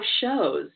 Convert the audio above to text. shows